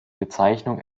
bezeichnung